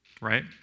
Right